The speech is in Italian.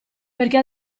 perché